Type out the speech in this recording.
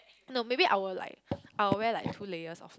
no maybe I will like I will wear like two layers of